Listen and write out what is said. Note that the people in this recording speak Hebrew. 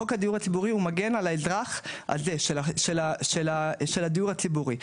חוק הדיור הציבורי הוא מגן על האזרח הזה של הדיור הציבורי.